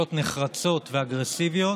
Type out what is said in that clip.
פעולות נחרצות ואגרסיביות,